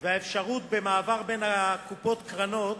והאפשרות של מעבר בין הקופות, הקרנות,